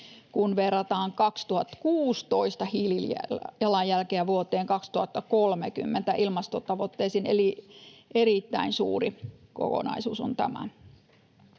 kun verrataan vuoden 2016 hiilijalanjälkeä vuoden 2030 ilmastotavoitteisiin, eli erittäin suuri kokonaisuus on tämä.